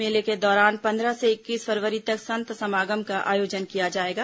मेले के दौरान पंद्रह से इक्कीस फरवरी तक संत समागम का आयोजन किया जाएगा